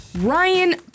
Ryan